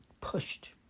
pushed